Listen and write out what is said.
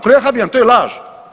Kolega Habijan, to je laž.